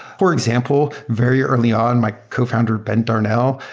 for example, very early on, my cofounder ben darnall,